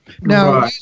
Now